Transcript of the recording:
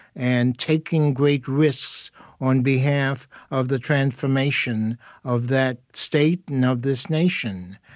and taking great risks on behalf of the transformation of that state and of this nation.